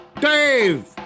Dave